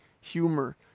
humor